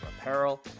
apparel